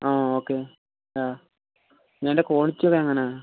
ആ ഓക്കേ അതിൻ്റെ ക്വാളിറ്റി ഒക്കെ എങ്ങനാണ്